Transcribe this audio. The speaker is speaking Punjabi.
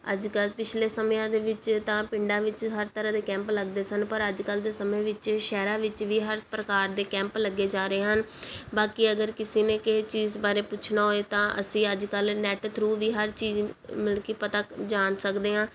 ਅੱਜ ਕੱਲ੍ਹ ਪਿਛਲੇ ਸਮਿਆਂ ਦੇ ਵਿੱਚ ਤਾਂ ਪਿੰਡਾਂ ਵਿੱਚ ਹਰ ਤਰ੍ਹਾਂ ਦੇ ਕੈਂਪ ਲੱਗਦੇ ਸਨ ਪਰ ਅੱਜ ਕੱਲ੍ਹ ਦੇ ਸਮੇਂ ਵਿੱਚ ਸ਼ਹਿਰਾਂ ਵਿੱਚ ਵੀ ਹਰ ਪ੍ਰਕਾਰ ਦੇ ਕੈਂਪ ਲੱਗੇ ਜਾ ਰਹੇ ਹਨ ਬਾਕੀ ਅਗਰ ਕਿਸੇ ਨੇ ਕਿ ਚੀਜ਼ ਬਾਰੇ ਪੁੱਛਣਾ ਹੋਵੇ ਤਾਂ ਅਸੀਂ ਅੱਜ ਕੱਲ੍ਹ ਨੈਟ ਥਰੂ ਵੀ ਹਰ ਚੀਜ਼ ਮਿਲ ਕੇ ਪਤਾ ਜਾਣ ਸਕਦੇ ਹਾਂ